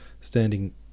standing